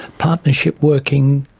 partnership working,